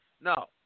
No